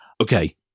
Okay